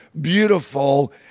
beautiful